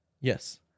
Yes